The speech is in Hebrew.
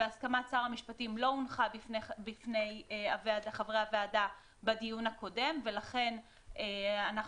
והסכמת שר המשפטים לא הונחה בפני חברי הוועדה בדיון הקודם ולכן אנחנו